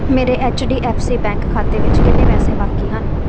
ਮੇਰੇ H D F C bank ਖਾਤੇ ਵਿੱਚ ਕਿੰਨੇ ਪੈਸੇ ਬਾਕੀ ਹਨ